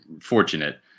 fortunate –